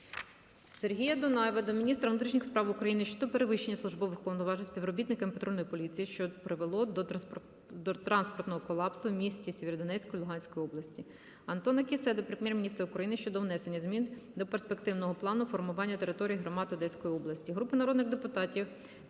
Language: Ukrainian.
Сергія Дунаєва до міністра внутрішніх справ України щодо перевищення службових повноважень співробітниками патрульної поліції, що призвело до транспортного колапсу в місті Сєвєродонецьку Луганської області. Антона Кіссе до Прем'єр-міністра України щодо внесення змін до перспективного плану формування територій громад Одеської області. Групи народних депутатів